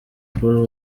paul